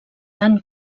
tant